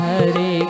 Hare